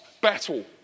battle